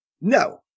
no